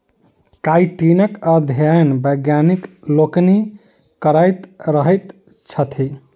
काइटीनक अध्ययन वैज्ञानिक लोकनि करैत रहैत छथि